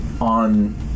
on